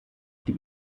die